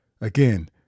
Again